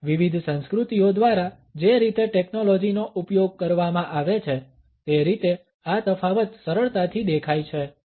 અને વિવિધ સંસ્કૃતિઓ દ્વારા જે રીતે ટેકનોલોજીનો ઉપયોગ કરવામાં આવે છે તે રીતે આ તફાવત સરળતાથી દેખાય છે